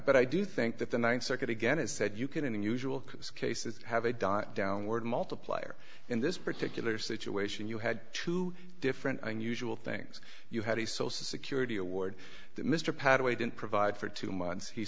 but i do think that the ninth circuit again it said you can in unusual cases have a dot downward multiplier in this particular situation you had two different unusual things you had the social security award that mr pathway didn't provide for two months he